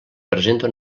presenta